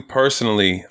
personally